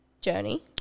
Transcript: journey